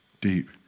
deep